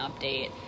update